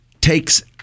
takes